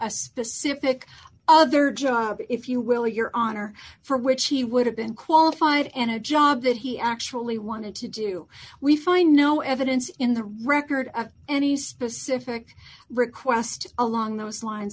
a specific other job if you will your honor for which he would have been qualified and a job that he actually wanted to do we find no evidence in the record at any specific request along those lines